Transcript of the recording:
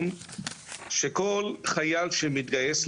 שכל חייל שמתגייס,